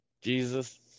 Jesus